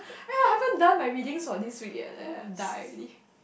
eh I haven't done my readings for this week yet leh I die already